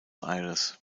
aires